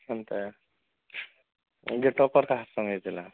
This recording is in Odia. ଏମିତି ଯେ ଟକର୍ କାହା ସାଙ୍ଗେ ହୋଇଥିଲା